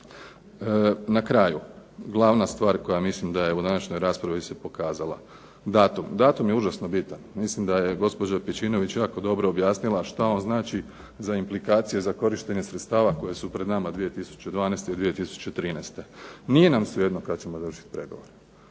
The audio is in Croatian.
Na kraju, glavna stvar koja mislim da je u današnjoj raspravi se pokazala datum. Datum je užasno bitan. Mislim da je gospođa Pejčinović jako dobro objasnila šta on znači za implikacije za korištenje sredstva koje su pred nama 2012. i 2013. Nije nam svejedno kad ćemo završiti pregovore,